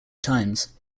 times